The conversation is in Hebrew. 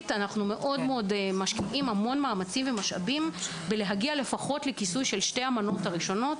אנחנו משקיעים המון משאבים בהגעה לכיסוי של שתי המנות הראשונות